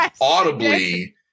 audibly